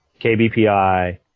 KBPI